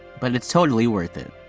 but it's totally worth it.